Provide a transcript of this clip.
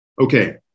Okay